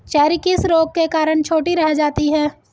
Cherry किस रोग के कारण छोटी रह जाती है?